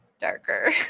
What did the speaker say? darker